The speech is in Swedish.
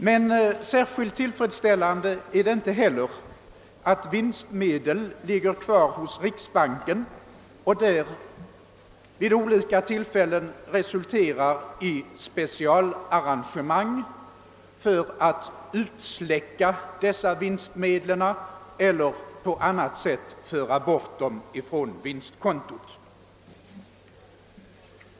Men särskilt tillfredsställande är det inte heller att vinstmedel ligger kvar hos riksbanken och där vid olika tillfällen resulterar i specialarrangemang för att utsläcka dessa vinstmedel eller på annat sätt föra bort dem från vinstkontot.